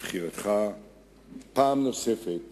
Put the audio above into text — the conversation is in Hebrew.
בבחירתך פעם נוספת